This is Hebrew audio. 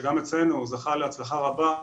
שגם אצלנו הוא זכה להצלחה רבה,